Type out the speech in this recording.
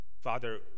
Father